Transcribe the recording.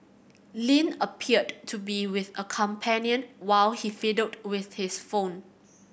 Lin appeared to be with a companion while he fiddled with his phone